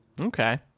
Okay